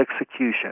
execution